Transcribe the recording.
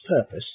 purpose